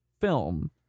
film